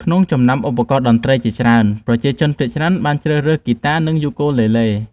ក្នុងចំណោមឧបករណ៍តន្ត្រីជាច្រើន ប្រជាជនភាគច្រើនបានជ្រើសរើសហ្គីតា និងយូគូលេលេ ។